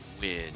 win